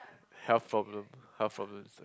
health problem health problems